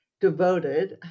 devoted